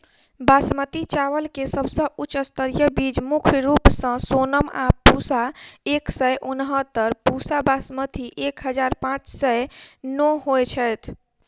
बासमती चावल केँ सबसँ उच्च स्तरीय बीज मुख्य रूप सँ सोनम आ पूसा एक सै उनहत्तर, पूसा बासमती एक हजार पांच सै नो होए छैथ?